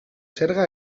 zerga